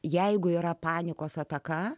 jeigu yra panikos ataka